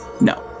No